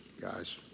guys